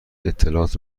اطلاعات